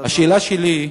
השאלה שלי: